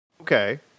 Okay